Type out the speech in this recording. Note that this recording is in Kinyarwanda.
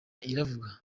iravuga